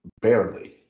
barely